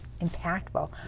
impactful